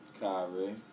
Kyrie